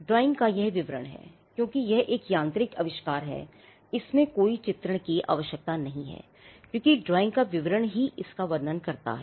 drawing का यह विवरण है क्योंकि यह एक यांत्रिक आविष्कार है इसमें कोई चित्रण की आवश्यकता नहीं है क्योंकि ड्राइंग का विवरण ही इसका वर्णन करता है